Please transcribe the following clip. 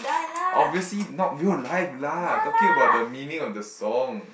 obviously not real life lah talking about the meaning of the song